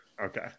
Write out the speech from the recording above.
Okay